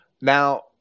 Now